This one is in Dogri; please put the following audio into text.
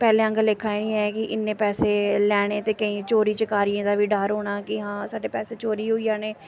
पैह्ले आंह्गर लेखा एह् निं ऐ कि इन्ने पैसे लैने ते केईं चोरी चकारियें दा बी डर होना कि हां साढ़े पैसे चोरी होई जाने